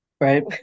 right